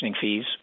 fees